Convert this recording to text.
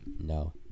No